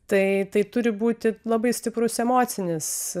tai tai turi būti labai stiprus emocinis